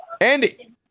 Andy